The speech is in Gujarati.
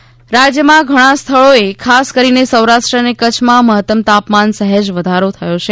હવામાન રાજ્યમાં ઘણા સ્થળોએ ખાસ કરીને સૌરાષ્ટ્ર અને કચ્છમાં મહત્તમ તાપમાન સહેજ વધારો થયો છે